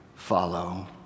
Follow